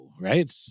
Right